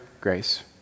grace